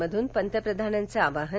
मधून पंतप्रधानांचं आवाहन